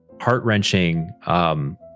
heart-wrenching